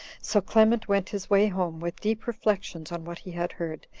so clement went his way home, with deep reflections on what he had heard,